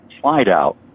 slide-out